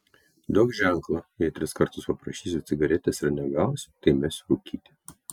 duok ženklą jei tris kartus paprašysiu cigaretės ir negausiu tai mesiu rūkyti